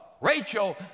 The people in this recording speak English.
Rachel